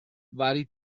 vari